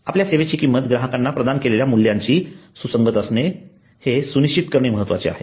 आपल्या सेवेची किंमत ग्राहकांना प्रदान केलेल्या मूल्याशी सुसंगत आहे हे सुनिश्चित करणे महत्वाचे आहे